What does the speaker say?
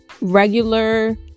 regular